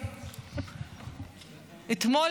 יופי,